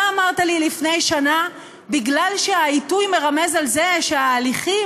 אתה אמרת לי לפני שנה: בגלל שהעיתוי מרמז על זה שההליכים,